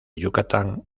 yucatán